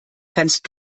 kannst